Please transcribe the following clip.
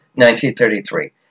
1933